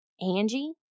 Angie